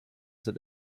sind